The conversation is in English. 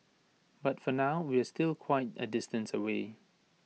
but for now we're still quite A distance away